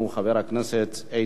אחריו, אם יהיה,